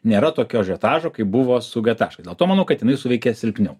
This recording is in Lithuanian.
nėra tokio ažiotažo kaip buvo su g taš dėl to manau kad jinai suveikė silpniau